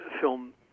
film